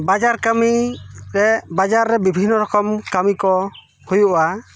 ᱵᱟᱡᱟᱨ ᱠᱟ ᱢᱤ ᱨᱮ ᱵᱟᱡᱟᱨ ᱨᱮ ᱵᱤᱵᱷᱤᱱᱱᱚ ᱨᱚᱠᱚᱢ ᱠᱟ ᱢᱤ ᱠᱚ ᱦᱩᱭᱩᱜᱼᱟ